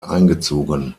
eingezogen